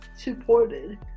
supported